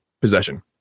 possession